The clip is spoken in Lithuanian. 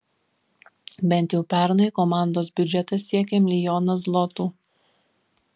bent jau pernai komandos biudžetas siekė milijoną zlotų